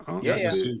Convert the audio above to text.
Yes